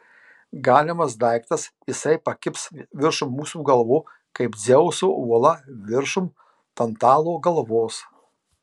galimas daiktas jisai pakibs viršum mūsų galvų kaip dzeuso uola viršum tantalo galvos